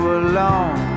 alone